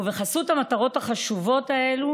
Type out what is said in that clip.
ובחסות המטרות החשובות הללו